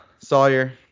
Sawyer